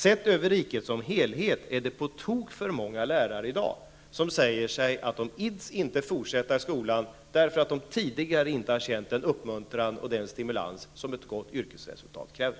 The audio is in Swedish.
Sett över riket som helhet är det på tok för många lärare i dag som säger att de inte ids fortsätta i skolan därför att de tidigare inte har känt den uppmuntran och den stimulans som ett gott yrkesresultat kräver.